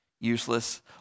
useless